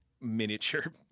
miniature